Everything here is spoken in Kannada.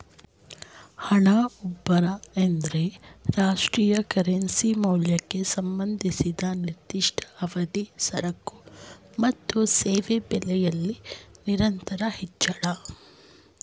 ಹಣದುಬ್ಬರ ಎಂದ್ರೆ ರಾಷ್ಟ್ರೀಯ ಕರೆನ್ಸಿ ಮೌಲ್ಯಕ್ಕೆ ಸಂಬಂಧಿಸಿದ ನಿರ್ದಿಷ್ಟ ಅವಧಿ ಸರಕು ಮತ್ತು ಸೇವೆ ಬೆಲೆಯಲ್ಲಿ ನಿರಂತರ ಹೆಚ್ಚಳ